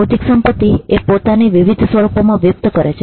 બૌદ્ધિક સંપત્તિ એ પોતાને વિવિધ સ્વરૂપોમાં વ્યક્ત કરે છે